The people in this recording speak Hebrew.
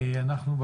אנחנו,